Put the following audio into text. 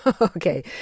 Okay